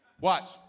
Watch